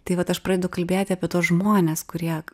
tai vat aš pradedu kalbėti apie tuos žmones kurie